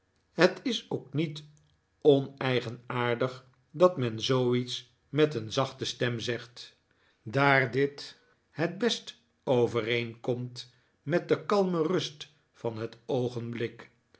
het is ook niet oneigenaardig dat men zooiets met een zachte stem zegt daar dit het best overeenkomt met de kalme rust van het oogenblik